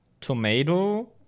tomato